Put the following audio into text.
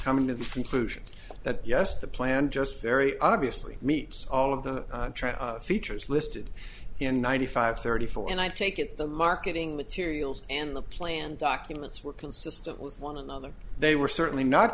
conclusion that yes the plan just very obviously meets all of the features listed in ninety five thirty four and i take it the marketing materials and the plan documents were consistent with one another they were certainly not